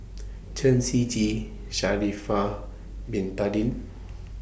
Chen Shiji Sha'Ari Far Bin Tadin